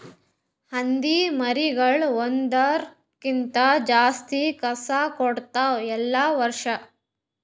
ಹಂದಿ ಮರಿಗೊಳ್ ಒಂದುರ್ ಕ್ಕಿಂತ ಜಾಸ್ತಿ ಕಸ ಕೊಡ್ತಾವ್ ಎಲ್ಲಾ ವರ್ಷ